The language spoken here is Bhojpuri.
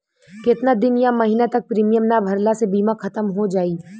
केतना दिन या महीना तक प्रीमियम ना भरला से बीमा ख़तम हो जायी?